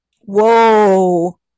Whoa